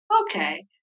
okay